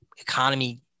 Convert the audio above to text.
economy